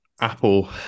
Apple